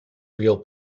real